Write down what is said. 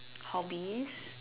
hobbies